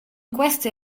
queste